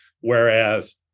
Whereas